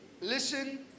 listen